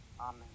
Amen